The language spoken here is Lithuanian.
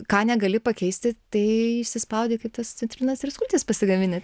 ką negali pakeisti tai išsispaudi kaip tas citrinas ir sultis pasigamini